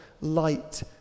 light